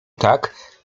tak